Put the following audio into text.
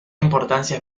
importancia